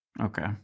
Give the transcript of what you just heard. Okay